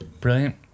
Brilliant